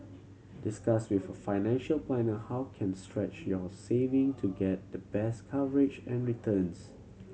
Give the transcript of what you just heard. discuss with a financial planner how can stretch your saving to get the best coverage and returns